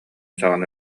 саҕана